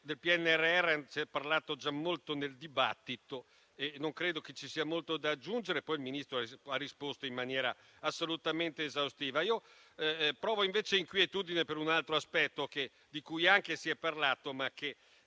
del PNRR si è parlato già molto nel dibattito e non credo che ci sia molto da aggiungere, anche perché il Ministro ha risposto in maniera assolutamente esaustiva. Provo invece inquietudine per un altro aspetto, di cui anche si è parlato, ma che